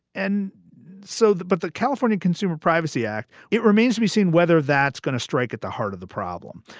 and so the but the california consumer privacy act. it remains to be seen whether that's going to strike at the heart of the problem.